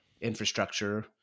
infrastructure